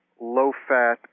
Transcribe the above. low-fat